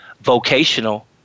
vocational